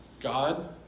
God